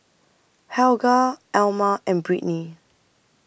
Helga Alma and Britney